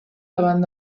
davant